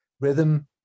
rhythm